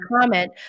comment